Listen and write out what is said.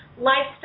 lifestyle